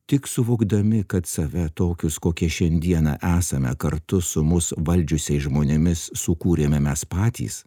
tik suvokdami kad save tokius kokie šiandieną esame kartu su mus valdžiusiais žmonėmis sukūrėme mes patys